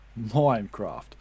Minecraft